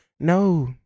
No